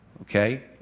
okay